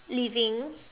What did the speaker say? living